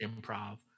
improv